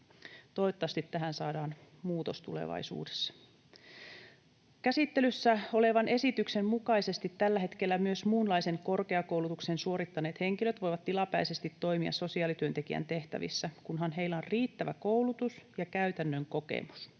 Toivottavasti tähän saadaan muutos tulevaisuudessa. Käsittelyssä olevan esityksen mukaisesti tällä hetkellä myös muunlaisen korkeakoulutuksen suorittaneet henkilöt voivat tilapäisesti toimia sosiaalityöntekijän tehtävissä, kunhan heillä on riittävä koulutus ja käytännön kokemus.